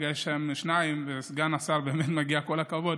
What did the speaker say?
כרגע יש שם שניים, ולסגן השר באמת מגיע כל הכבוד.